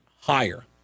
higher